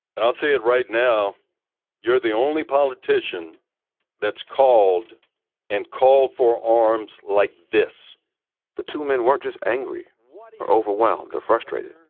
and i'll say it right now you're the only politician that's called and called for arms like this the two men weren't just angry or overwhelmed or frustrated.